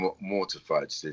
mortified